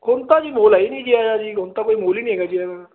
ਹੁਣ ਤਾਂ ਜੀ ਮਾਹੌਲ ਹੈ ਹੀ ਨਹੀਂ ਜੀ ਆਇਆ ਜੀ ਹੁਣ ਤਾਂ ਕੋਈ ਮਾਹੌਲ ਨਹੀਂ ਹੈਗਾ ਜੀ